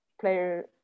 player